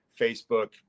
Facebook